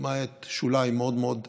למעט שוליים מאוד מאוד דקים,